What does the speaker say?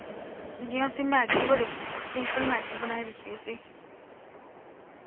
जि'यां उसी मैगी बड़ी पसंद ऐ सिंपल मैगी बनाई दित्ती उसी